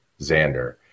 Xander